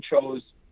chose